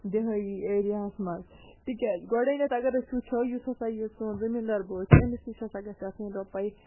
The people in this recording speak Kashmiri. دِہٲیی ایریا ہس منٛز تکیازِ گۄڈٕنیٚتھ أگر أسۍ وُچھو یُس ہَسا یہِ سون زٔمیٖن دار بوے چھُ أمِس نِش ہَسا گَژھہ آسُن رۄپاے